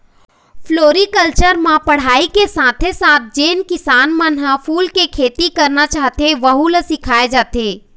floriculture म पढ़ाई के साथे साथ जेन किसान मन ह फूल के खेती करना चाहथे वहूँ ल सिखाए जाथे